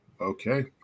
Okay